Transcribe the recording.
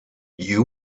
you